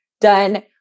done